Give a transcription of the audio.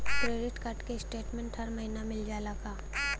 Credit card क statement हर महिना मिल जाला का?